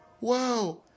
wow